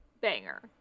banger